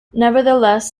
nevertheless